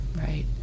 Right